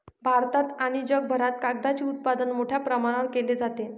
भारतात आणि जगभरात कागदाचे उत्पादन मोठ्या प्रमाणावर केले जाते